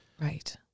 right